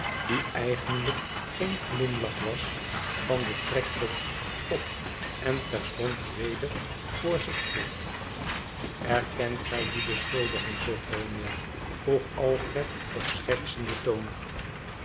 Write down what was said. die eigenlijk geen glimlach was van den trekpot op en teratond weder voor zich keek erkent gij die beschuldiging sophronia vroeg alfred op schertsenden toon